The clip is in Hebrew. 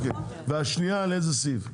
השנייה, לאיזה סעיף?